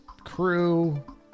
crew